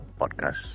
podcast